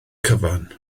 cyfan